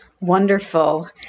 Wonderful